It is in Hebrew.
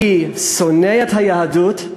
אני שונא את היהדות,